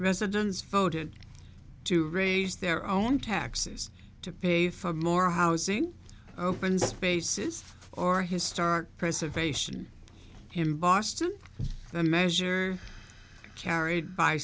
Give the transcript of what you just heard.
residents voted to raise their own taxes to pay for more housing open spaces or historic preservation in boston the measure carried by